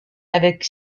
avec